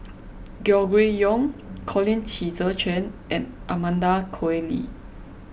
Gregory Yong Colin Qi Zhe Quan and Amanda Koe Lee